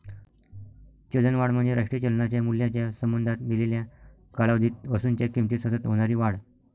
चलनवाढ म्हणजे राष्ट्रीय चलनाच्या मूल्याच्या संबंधात दिलेल्या कालावधीत वस्तूंच्या किमतीत सतत होणारी वाढ